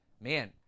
man